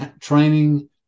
training